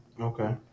Okay